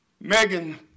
Megan